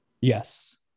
Yes